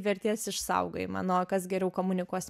vertės išsaugojimą na o kas geriau komunikuos